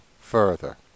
further